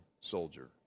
soldier